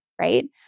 Right